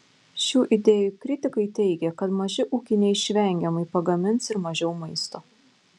šių idėjų kritikai teigia kad maži ūkiai neišvengiamai pagamins ir mažiau maisto